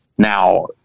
Now